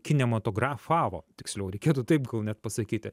kinematografavo tiksliau reikėtų taip net pasakyti